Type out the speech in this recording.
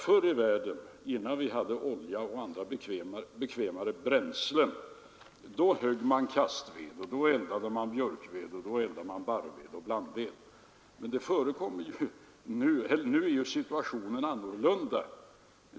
Förr i världen, innan det fanns olja och andra bekväma bränslen, högg man kastved och eldade med björkved, barrved och blandved. Men nu är ju situationen annorlunda.